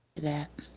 that